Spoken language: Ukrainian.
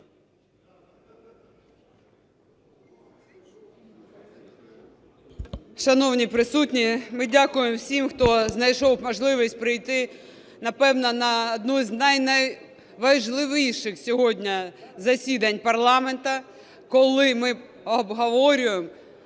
Шановні присутні, ми дякуємо всім, хто знайшов можливість прийти, напевно, на одне з найнайважливіших сьогодні засідань парламенту, коли ми обговорюємо